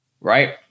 right